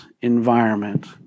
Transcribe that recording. environment